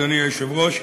אדוני היושב-ראש,